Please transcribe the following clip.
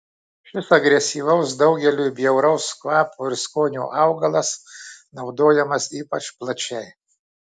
šis agresyvaus daugeliui bjauraus kvapo ir skonio augalas naudojamas ypač plačiai